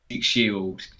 Shield